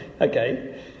Okay